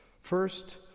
First